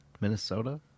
minnesota